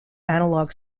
analog